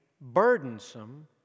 burdensome